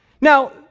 Now